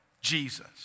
Jesus